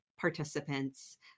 participants